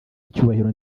y’icyubahiro